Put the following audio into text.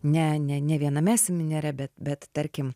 ne ne ne viename seminere bet tarkim